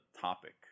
topic